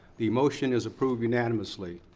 the motion is approved unanimously.